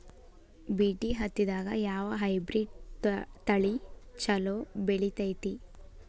BT ಹತ್ತಿದಾಗ ಯಾವ hybrid ತಳಿ ಛಲೋ ಬೆಳಿತೈತಿ?